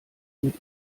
mit